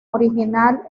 original